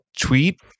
tweet